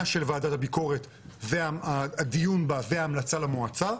הבחינה של ועדת הביקורת והדיון בה וההמלצה למועצה,